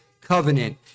Covenant